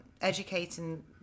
educating